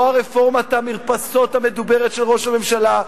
לא רפורמת המרפסות המדוברת של ראש הממשלה,